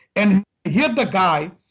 and he had the guy.